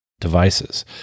devices